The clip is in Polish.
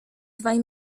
dwaj